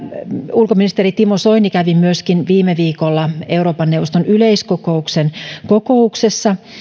ulkoministeri timo soini myöskin kävi viime viikolla euroopan neuvoston yleiskokouksen kokouksessa